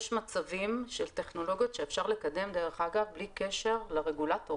יש מצבים של טכנולוגיות שאפשר לקדם בלי קשר לרגולטור